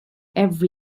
every